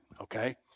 okay